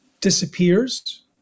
disappears